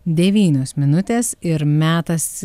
devynios minutės ir metas